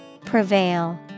Prevail